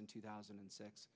in two thousand and six